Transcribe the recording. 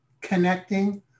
connecting